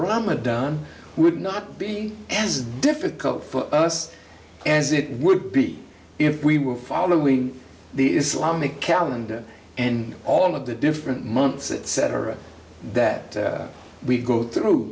ramadan would not be as difficult for us as it would be if we were following the islamic calendar and all of the different months etc that we go through